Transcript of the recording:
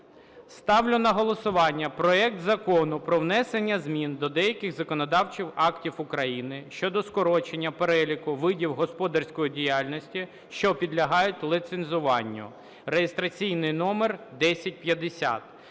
Ставлю на голосування проект Закону про внесення змін до деяких законодавчих актів України щодо скорочення переліку видів господарської діяльності, що підлягають ліцензуванню (реєстраційний номер 1050).